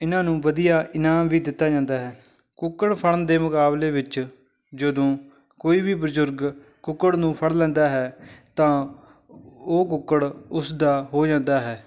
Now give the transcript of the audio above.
ਇਹਨਾਂ ਨੂੰ ਵਧੀਆ ਇਨਾਮ ਵੀ ਦਿੱਤਾ ਜਾਂਦਾ ਹੈ ਕੁੱਕੜ ਫੜਣ ਦੇ ਮੁਕਾਬਲੇ ਵਿੱਚ ਜਦੋਂ ਕੋਈ ਵੀ ਬਜ਼ੁਰਗ ਕੁੱਕੜ ਨੂੰ ਫੜ ਲੈਂਦਾ ਹੈ ਤਾਂ ਉਹ ਕੁੱਕੜ ਉਸਦਾ ਹੋ ਜਾਂਦਾ ਹੈ